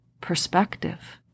perspective